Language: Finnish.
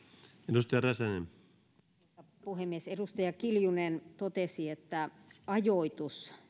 arvoisa puhemies edustaja kiljunen totesi että ajoitus